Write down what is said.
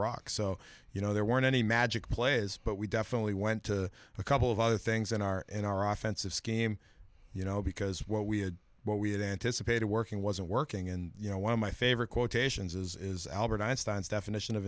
rock so you know there weren't any magic plays but we definitely went to a couple of other things that are in our offensive scheme you know because what we had what we had anticipated working wasn't working and you know one of my favorite quotations is albert einstein's definition of